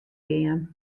gean